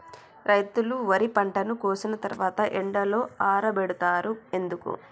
రైతులు వరి పంటను కోసిన తర్వాత ఎండలో ఆరబెడుతరు ఎందుకు?